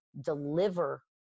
deliver